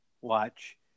watch